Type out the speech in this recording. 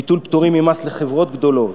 ביטול פטורים ממס לחברות גדולות,